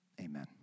amen